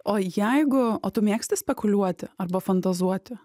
o jeigu o tu mėgsti spekuliuoti arba fantazuoti